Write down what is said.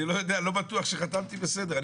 אני לא בטוח שחתמתי בסדר.